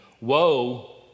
Woe